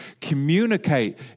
communicate